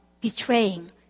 betraying